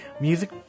music